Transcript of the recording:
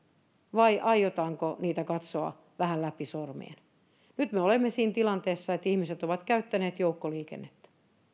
vai aiotaanko niitä katsoa vähän läpi sormien nyt me olemme siinä tilanteessa että ihmiset ovat käyttäneet joukkoliikennettä